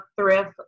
thrift